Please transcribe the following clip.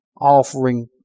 offering